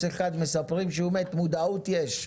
וערוץ 2 מספרים שהוא מת, מודעות יש.